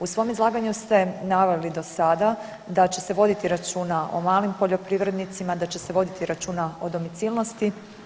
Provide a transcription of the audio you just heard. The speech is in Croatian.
U svom izlaganju ste naveli do sada da će se voditi računa o malim poljoprivrednicima, da će se voditi računa o domicilnosti.